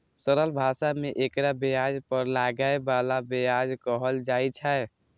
सरल भाषा मे एकरा ब्याज पर लागै बला ब्याज कहल छै